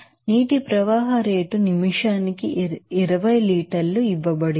ఇక్కడ water flow rate నిమిషానికి 20 లీటర్లు ఇవ్వబడుతుంది